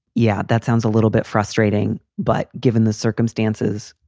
yeah. that sounds a little bit frustrating, but given the circumstances.